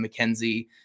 McKenzie